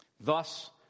Thus